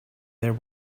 there